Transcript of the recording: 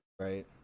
right